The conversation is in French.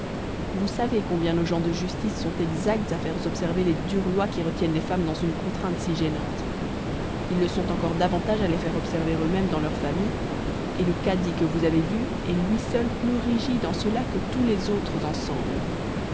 vous savez combien nos gens de justice sont exacts à faire observer les dures lois qui retiennent les femmes dans une contrainte si gênante ils le sont encore davantage à les observer eux-mêmes dans leurs familles et le cadi que vous avez vu est lui seul plus rigide en cela que tous les autres ensemble